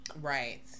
Right